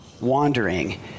wandering